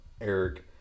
Eric